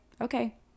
okay